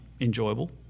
enjoyable